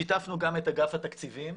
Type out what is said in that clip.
שיתפנו גם את אגף התקציבים.